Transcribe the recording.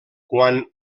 quan